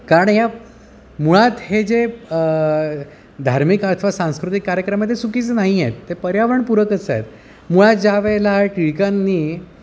कारण या मुळात हे जे धार्मिक अथवा सांस्कृतिक कार्यक्रम आहे ते चुकीचं नाही आहेत ते पर्यावरणपूरकच आहेत मुळात ज्यावेळेला टिळकांनी